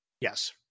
Yes